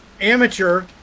Amateur